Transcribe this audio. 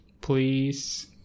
please